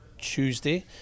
Tuesday